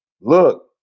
Look